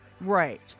Right